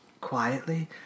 quietly